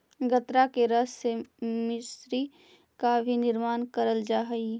गन्ना के रस से मिश्री का भी निर्माण करल जा हई